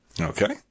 Okay